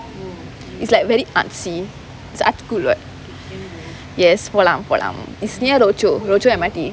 it's like very artsy it's a art school what yes போலாம் போலாம்:polaam polaam it's near rochor rochor M_R_T